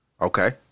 Okay